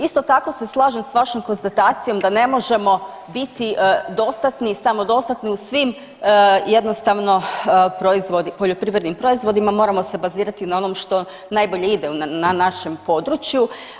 Isto tako se slažem s vašom konstatacijom da ne možemo biti dostatni i samodostatni u svim jednostavno poljoprivrednim proizvodima, moramo se bazirati na onom što najbolje i de ne našem području.